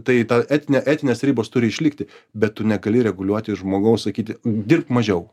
tai ta etinė etinės ribos turi išlikti bet tu negali reguliuoti žmogaus sakyti dirbk mažiau